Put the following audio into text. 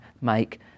make